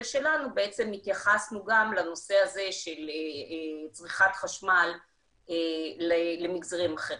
שלנו בעצם התייחסנו גם לנושא הזה של צריכת חשמל למגזרים אחרים.